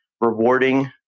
rewarding